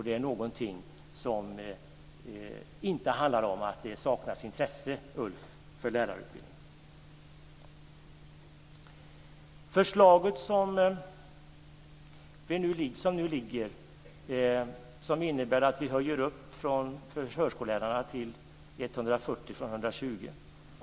Det är någonting som inte handlar om att det saknas intresse för lärarutbildningen, Ulf Nilsson. Det förslag som nu föreligger innebär att vi höjer kravet för förskollärarna till 140 poäng från 120.